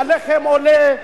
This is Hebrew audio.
הלחם עולה,